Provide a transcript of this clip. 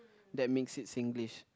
that makes it Singlish